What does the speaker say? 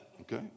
okay